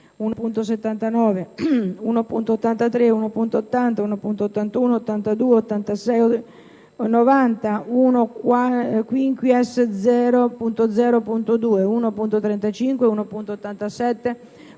1.79, 1.83, 1.80, 1.81, 1.82, 1.86, 1.90, 1-*quinquies*.0.2, 1.35, 1.87,